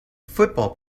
football